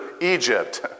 Egypt